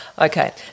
Okay